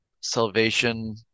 salvation